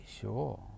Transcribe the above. sure